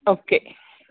okay